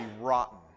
rotten